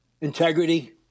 Integrity